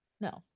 no